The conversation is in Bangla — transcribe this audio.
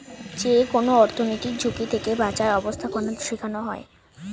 যেকোনো অর্থনৈতিক ঝুঁকি থেকে বাঁচার ব্যাবস্থাপনা শেখানো হয়